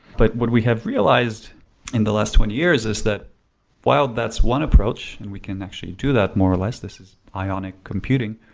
but what we have realized in the last twenty years is that while that's one approach and we can actually do that more or less, this is ah bionic computing,